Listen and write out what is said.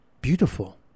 beautiful